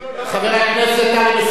חבר הכנסת טלב אלסאנע,